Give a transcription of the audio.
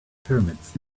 pyramids